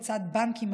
לצד בנקים,